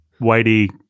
whitey